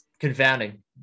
Confounding